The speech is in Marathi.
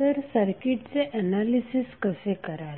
तर सर्किटचे एनालिसिस कसे कराल